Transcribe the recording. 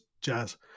jazz